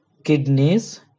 Kidneys